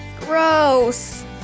Gross